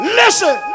listen